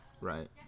right